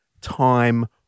time